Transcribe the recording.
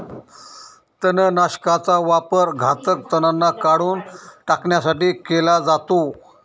तणनाशकाचा वापर घातक तणांना काढून टाकण्यासाठी केला जातो